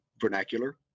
vernacular